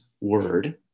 word